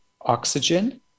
oxygen